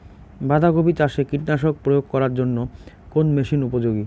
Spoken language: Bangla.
বাঁধা কপি চাষে কীটনাশক প্রয়োগ করার জন্য কোন মেশিন উপযোগী?